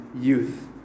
youth